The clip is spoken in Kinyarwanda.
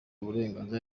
uburenganzira